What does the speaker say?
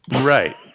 Right